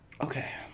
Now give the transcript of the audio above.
Okay